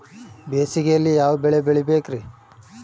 ಬೇಸಿಗೆಯಲ್ಲಿ ಯಾವ ಬೆಳೆ ಬೆಳಿಬೇಕ್ರಿ?